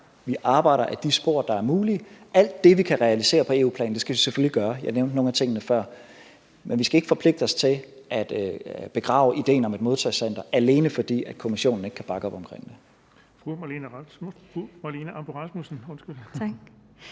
Vi arbejder ad de spor, der er mulige. Alt det, vi kan realisere på EU-plan, skal vi selvfølgelig gøre – jeg nævnte nogle af tingene før – men vi skal ikke forpligte os til at begrave ideen om et modtagecenter, alene fordi Kommissionen ikke kan bakke op om det. Kl. 17:35 Den fg.